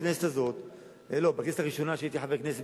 בכנסת הראשונה שהייתי בה חבר כנסת,